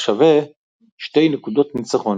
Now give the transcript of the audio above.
השווה שתי נקודות ניצחון.